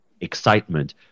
excitement